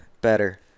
better